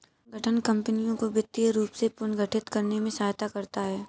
पुनर्गठन कंपनियों को वित्तीय रूप से पुनर्गठित करने में सहायता करता हैं